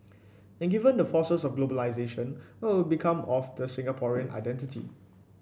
and given the forces of globalisation what will become of the Singaporean identity